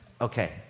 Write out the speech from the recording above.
Okay